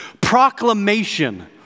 Proclamation